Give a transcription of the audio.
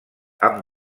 amb